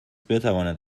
بتواند